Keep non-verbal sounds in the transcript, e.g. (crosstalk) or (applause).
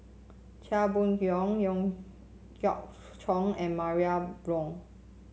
Chia Boon Leong Howe Yoon (noise) Chong and Maria Hertogh